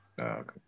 okay